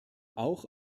auch